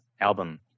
album